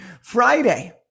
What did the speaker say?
Friday